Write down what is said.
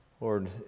Lord